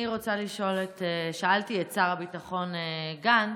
אז אני רוצה לשאול את, שאלתי את שר הביטחון גנץ,